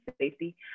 safety